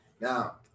Now